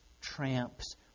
tramps